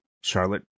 charlotte